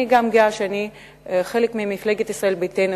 אני גם גאה שאני חלק ממפלגת ישראל ביתנו,